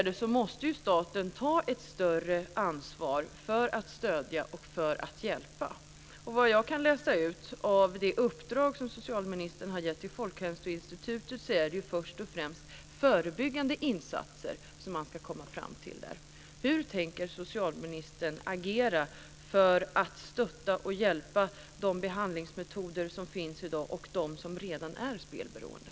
Det behövs sättas in ytterligare medel när det gäller jourtelefonen. Jag återkommer till det.